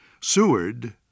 Seward